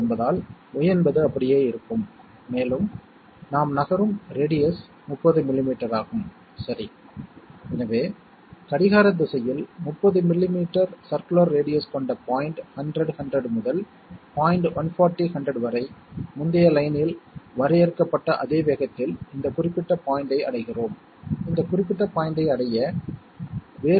சரி செய்யப்பட்டது எடுத்துக்காட்டாக கூட்டுத்தொகை A XOR B உள்ளது எனவே சம் ஆனது இரண்டு பிட்களைச் சேர்க்கும் போதெல்லாம் பிட் என்பது பைனரி இலக்கமாகும் நீங்கள் இரண்டு பிட்களைச் சேர்க்கும்போது சம் ஆனது A XOR B ஆல் குறிப்பிடப்படுகிறது மற்றும் கேரி எப்படி குறிப்பிடப்படுகிறது